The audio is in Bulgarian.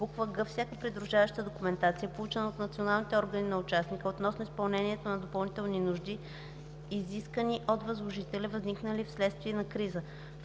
г) всяка придружаваща документация, получена от националните органи на участника относно изпълнението на допълнителни нужди, изисквани от възложителя, възникнали вследствие на криза;